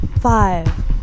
Five